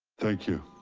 thank you.